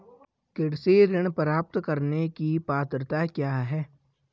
कृषि ऋण प्राप्त करने की पात्रता क्या है?